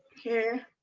here.